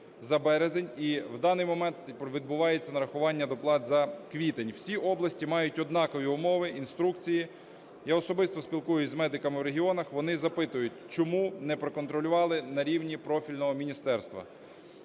за березень, і в даний момент відбувається нарахування доплат за квітень. Всі області мають однакові умови, інструкції. Я особисто спілкуюсь з медиками в регіонах, вони запитують, чому не проконтролювали на рівні профільного міністерства?